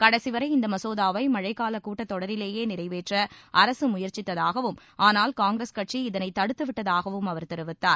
கடைசிவரை இந்த மசோதாவை மழைக்கால கூட்டத்தொடரிலேயே நிறைவேற்ற அரசு முயற்சித்ததாகவும் ஆனால் காங்கிரஸ் கட்சி இதனை தடுத்துவிட்டதாகவும் அவர் தெரிவித்தார்